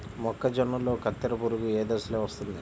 మొక్కజొన్నలో కత్తెర పురుగు ఏ దశలో వస్తుంది?